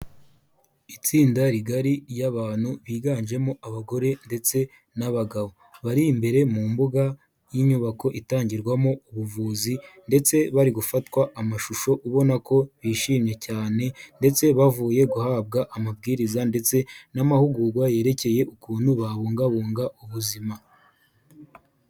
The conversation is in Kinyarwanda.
Itsinda rigari ry'abantu biganjemo abagore ndetse n'abagabo, bari imbere mu mbuga y'inyubako itangirwamo ubuvuzi, ndetse bari gufatwa amashusho ubona ko bishimye cyane, ndetse bavuye guhabwa amabwiriza ndetse n'amahugurwa yerekeye ukuntu babungabunga ubuzima.